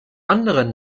anderen